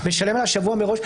משלם עליה שבוע מראש,